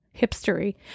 hipstery